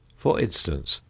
for instance,